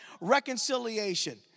Reconciliation